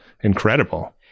incredible